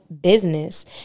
business